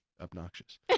obnoxious